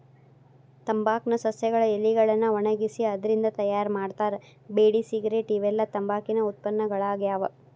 ತಂಬಾಕ್ ನ ಸಸ್ಯಗಳ ಎಲಿಗಳನ್ನ ಒಣಗಿಸಿ ಅದ್ರಿಂದ ತಯಾರ್ ಮಾಡ್ತಾರ ಬೇಡಿ ಸಿಗರೇಟ್ ಇವೆಲ್ಲ ತಂಬಾಕಿನ ಉತ್ಪನ್ನಗಳಾಗ್ಯಾವ